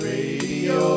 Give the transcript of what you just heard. Radio